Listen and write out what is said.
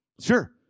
Sure